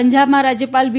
પંજાબમાં રાજ્યપાલ વી